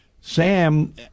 Sam